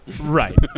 Right